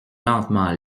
lentement